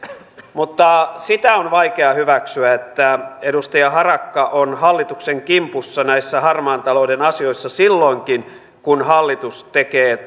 mutta sitä on vaikea hyväksyä että edustaja harakka on hallituksen kimpussa näissä harmaan talouden asioissa silloinkin kun hallitus tekee